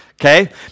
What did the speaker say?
Okay